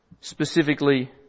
specifically